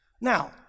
Now